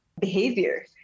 behavior